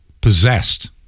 possessed